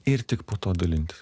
ir tik po to dalintis